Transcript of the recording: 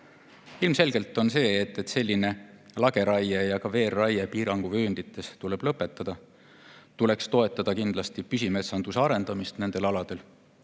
Ilmselge on see, et selline lageraie ja veerraie piiranguvööndites tuleb lõpetada. Tuleks kindlasti toetada püsimetsanduse arendamist nendel aladel,